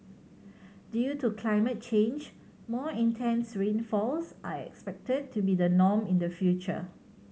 due to climate change more intense rainfalls are expected to be the norm in the future